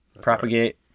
propagate